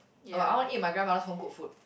oh I want eat my grandmother's home cooked food